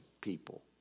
people